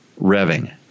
revving